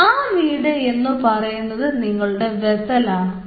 ആ വീട് എന്ന് പറയുന്നത് നിങ്ങളുടെ വെസ്സൽ ആണ്